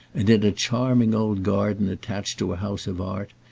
and in a charming old garden attached to a house of art,